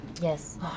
Yes